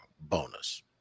bonus